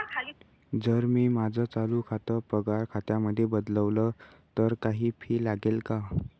जर मी माझं चालू खातं पगार खात्यामध्ये बदलवल, तर काही फी लागेल का?